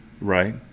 right